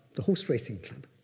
the horse racing club,